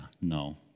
no